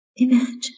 Imagine